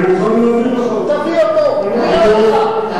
יותר מאחד.